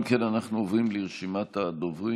אם כן, אנחנו עוברים לרשימת הדוברים.